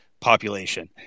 population